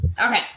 Okay